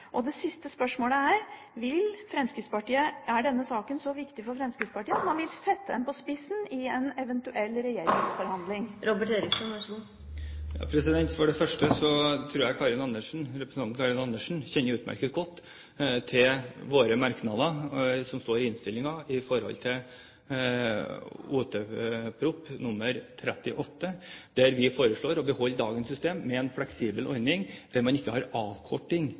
fram? Det siste spørsmålet er: Er denne saken så viktig for Fremskrittspartiet at man vil sette den på spissen i eventuelle regjeringsforhandlinger? For det første tror jeg representanten Karin Andersen utmerket godt kjenner til våre merknader i innstillingen til Ot.prp. nr. 37 for 2008–2009, der vi foreslår å beholde dagens system med en fleksibel ordning der man ikke har avkorting